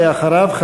ואחריו,